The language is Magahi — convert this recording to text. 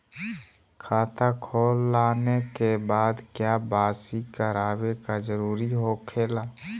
खाता खोल आने के बाद क्या बासी करावे का जरूरी हो खेला?